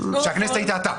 כשהכנסת הייתה אתה.